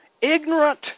ignorant